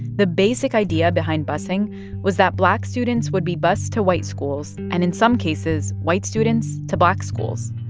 the basic idea behind busing was that black students would be bused to white schools and, in some cases, white students to black schools.